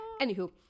Anywho